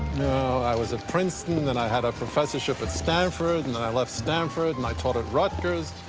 i was at princeton, then i had a professorship at stanford. and then i left stanford, and i taught at rutgers.